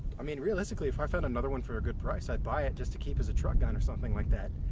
i mean realistically if i found another one for a good price, i'd buy it just to keep as a truck gun, or something like that.